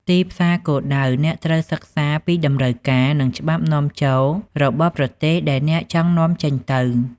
ទីផ្សារគោលដៅ អ្នកត្រូវសិក្សាពីតម្រូវការ និងច្បាប់នាំចូលរបស់ប្រទេសដែលអ្នកចង់នាំចេញទៅ។